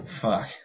Fuck